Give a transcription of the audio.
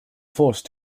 force